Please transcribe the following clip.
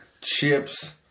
chips